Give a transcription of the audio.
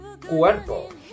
cuerpo